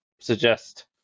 suggest